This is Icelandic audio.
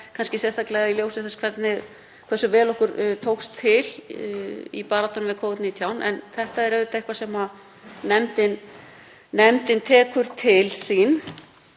kannski sérstaklega í ljósi þess hversu vel okkur tókst til í baráttunni við Covid-19. En þetta er auðvitað eitthvað sem nefndin tekur til sín.